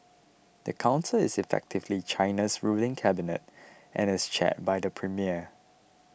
the council is effectively China's ruling cabinet and is chaired by the premier